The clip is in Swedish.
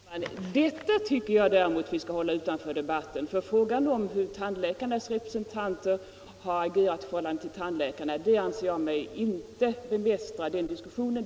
Herr talman! Detta tycker jag däremot att vi skall hålla utanför debatten. Frågan om hur tandläkarnas representanter har agerat i förhållande till tandläkarna anser jag mig inte bemästra att ta upp här.